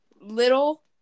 little